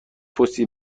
پستی